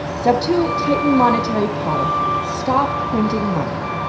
step two tighten monetary policy. stop printing money.